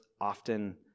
often